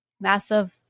massive